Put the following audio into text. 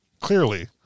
clearly